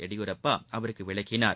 எடியூரப்பா அவருக்கு விளக்கினார்